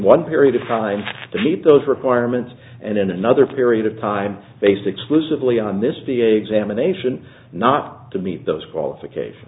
one period of time to meet those requirements and in another period of time based exclusively on this v a examination not to meet those qualification